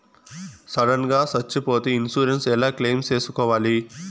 Sudden గా సచ్చిపోతే insurance ఎలా క్లెయిమ్ సేసుకోవాలి?